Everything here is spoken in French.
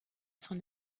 sont